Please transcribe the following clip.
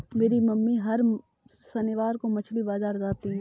मेरी मम्मी हर शनिवार को मछली बाजार जाती है